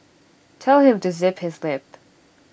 tell him to zip his lip